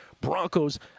Broncos